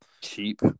cheap